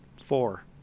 four